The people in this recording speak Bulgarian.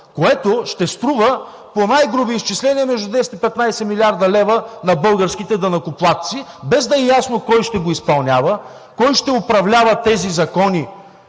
което ще струва по най-груби изчисления между 10 и 15 млрд. лв. на българските данъкоплатци, без да е ясно кой ще го изпълнява, кой ще управлява тези закони,